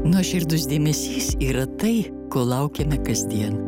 nuoširdus dėmesys yra tai ko laukiame kasdien